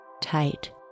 Tight